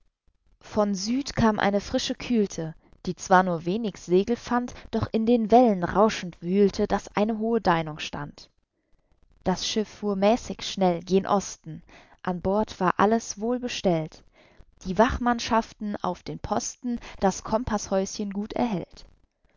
von süd kam eine frische kühlte die zwar nur wenig segel fand doch in den wellen rauschend wühlte daß eine hohe deinung stand das schiff fuhr mäßig schnell gen osten an bord war alles wohlbestellt die wachmannschaften auf den posten das kompaßhäuschen gut erhellt